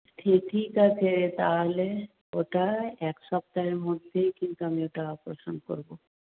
সে ঠিক আছে তাহলে ওটা এক সপ্তাহের মধ্যেই কিন্তু আমি ওটা অপারেশান করবো